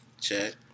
check